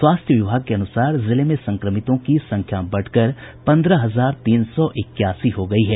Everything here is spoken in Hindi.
स्वास्थ्य विभाग के अनुसार जिले में संक्रमितों की संख्या बढ़कर पंद्रह हजार तीन सौ इक्यासी हो गयी है